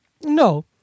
no